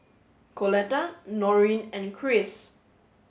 Coletta Noreen and Kris